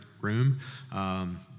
room